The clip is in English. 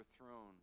overthrown